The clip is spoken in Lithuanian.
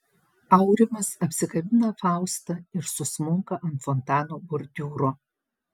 aurimas apsikabina faustą ir susmunka ant fontano bordiūro